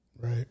Right